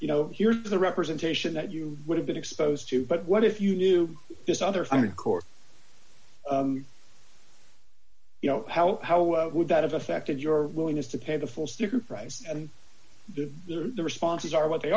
you know here's the representation that you would have been exposed to but what if you knew this other time in court you know how how would that have affected your willingness to pay the full sticker price and divert the responses are what they